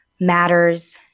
matters